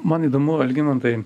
man įdomu algimantai